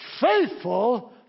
Faithful